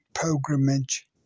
pilgrimage